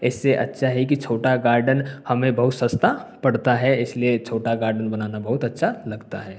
इससे अच्छा है कि छोटा गार्डन हमें बहुत सस्ता पड़ता है इसलिए छोटा गार्डन बनाना बहुत अच्छा लगता है